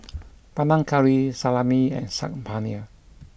Panang Curry Salami and Saag Paneer